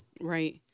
Right